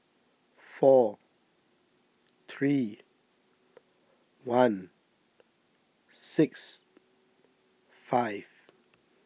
four three one six five